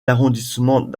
l’arrondissement